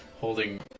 holding